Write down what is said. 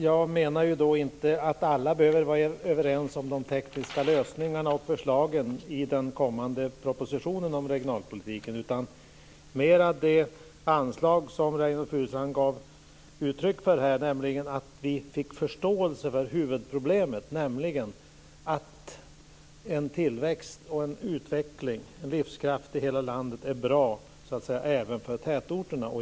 Herr talman! Jag menar inte att alla behöver vara överens om de tekniska lösningarna och förslagen i den kommande propositionen om regionalpolitiken, utan det handlar mera om det anslag som Reynoldh Furustrand gav uttryck för här, nämligen att vi får förståelse för huvudproblemet och för att en tillväxt, utveckling och livskraft i hela landet är bra även för tätorterna.